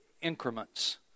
increments